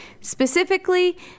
Specifically